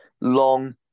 long